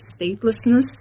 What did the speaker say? statelessness